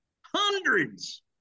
Hundreds